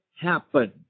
happen